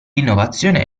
innovazione